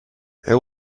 there